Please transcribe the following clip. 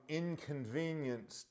inconvenience